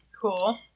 Cool